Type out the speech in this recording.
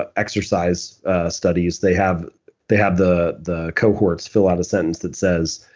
ah exercise studies, they have they have the the cohorts fill out a sentence that says,